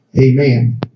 Amen